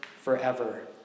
forever